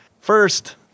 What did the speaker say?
First